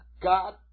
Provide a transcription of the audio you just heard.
God